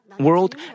world